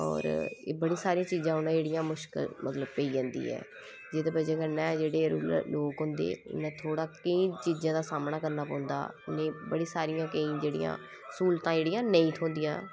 होर एह् बड़ी सारियां चीजां उनें जेह्ड़ियां मुश्कल मतलब पेई जंदी ऐ जेह्दी बजह् कन्नै जेह्ड़े रूरल लोक होंदे उनें थोह्ड़ा केईं चीजें दा सामना करना पौंदा उनेंगी बड़ियां सारियां केईं जेह्ड़ियां स्हूलतां जेह्ड़ियां नेईं थ्होंदियां